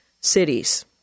cities